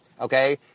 Okay